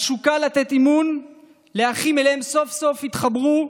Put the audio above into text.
התשוקה לתת אמון באחים שאליהם סוף-סוף התחברו,